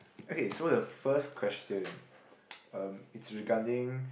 okay so the first question um it's regarding